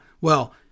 well-